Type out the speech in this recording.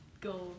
go